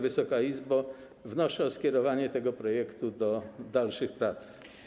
Wysoka Izbo, wnoszę o skierowanie tego projektu do dalszych prac.